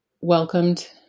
welcomed